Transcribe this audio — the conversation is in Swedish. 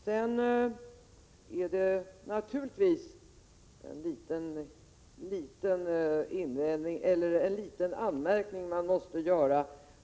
Sedan är det naturligtvis en liten anmärkning som man måste göra.